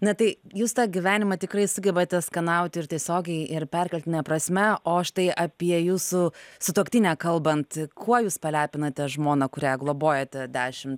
na tai jūs tą gyvenimą tikrai sugebate skanauti ir tiesiogiai ir perkeltine prasme o štai apie jūsų sutuoktinę kalbant kuo jūs palepinate žmoną kurią globojate dešim